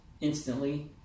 instantly